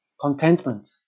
Contentment